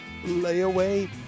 layaway